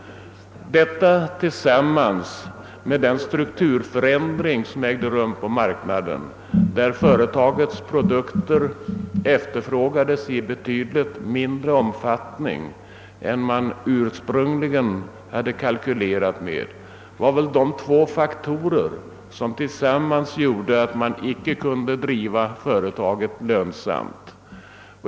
Detta tillsammans med den strukturförändring på marknaden som ägde rum, varigenom företagets produkter kom att efterfrågas i betydligt mindre omfattning än man ursprungligen räknat med, var de faktorer som tillsammans gjorde att man inte kunde driva företaget lönsamt.